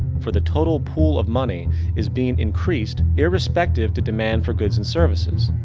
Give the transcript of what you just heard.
for the total pool of money is being increased irrespective to demand for goods and services.